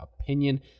opinion